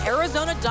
Arizona